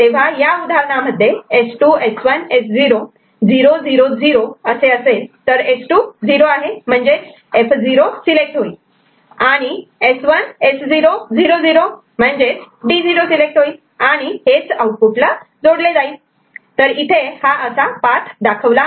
तेव्हा या उदाहरणांमध्ये S2 S1 S0 0 0 0 असे असेल तर S2 0 म्हणजेच F0 सिलेक्ट होईल आणि आणिS1 S0 0 0 म्हणजे D0 सिलेक्ट होईल आणि आऊटफुटला जोडले जाईल इथे असा हा पाथ दाखवला आहे